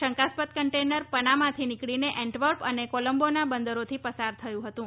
શંકાસ્પદ કન્ટેનર પનામાથી નીક ળીને એન્ટવર્પ અને કોલંબોના બંદરોથી પસાર થયું હતું